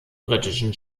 britischen